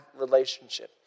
relationship